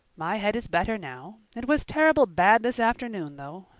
my head is better now. it was terrible bad this afternoon, though.